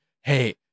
hey